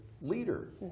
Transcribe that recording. leader